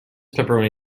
pepperoni